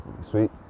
sweet